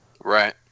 Right